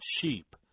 sheep